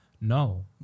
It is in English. No